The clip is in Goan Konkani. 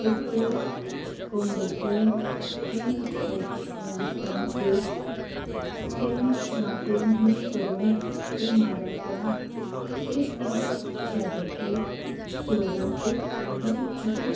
एक तर कोंबडेची जी हळशीक हें आसता वेस्ट तें मातयेत मिक्स करून तें माडाच्या एक इंच जाग्याचेर सोडून एक मिटर म्हणचे एक